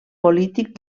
polític